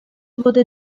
wurde